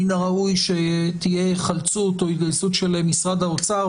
מן הראוי שתהיה היחלצות או התגייסות של משרד האוצר,